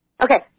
Okay